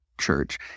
church